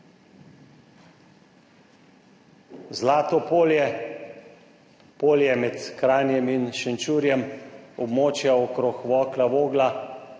Zlato polje, polje med Kranjem in Šenčurjem, območja okrog Vokla, Vogla,